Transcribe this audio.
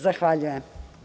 Zahvaljujem.